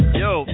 yo